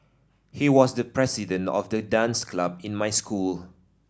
he was the president of the dance club in my school